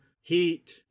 heat